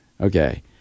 Okay